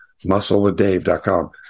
Musclewithdave.com